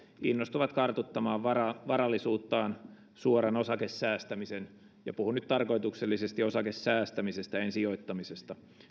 innostuvat kartuttamaan varallisuuttaan suoran osakesäästämisen avulla ja puhun nyt tarkoituksellisesti osakesäästämisestä en sijoittamisesta